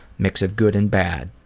mix of good and bad.